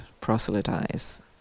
proselytize